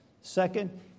Second